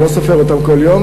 אני לא סופר אותם כל יום.